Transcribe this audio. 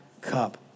cup